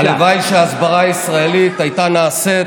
הלוואי שההסברה הישראלית הייתה נעשית